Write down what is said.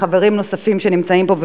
וחברים נוספים שנמצאים פה,